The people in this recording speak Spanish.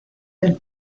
del